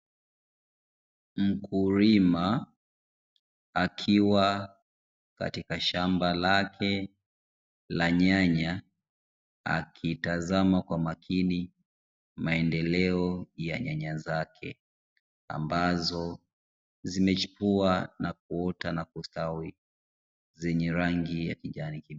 Mkulima akiwa katika shamba lake la nyanya akitazama kwa makini maendeleo ya nyanya zake, ambazo zimechipua na kuota na kustawi kwa rangi ya kijani kibichi.